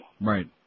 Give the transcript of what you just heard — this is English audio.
Right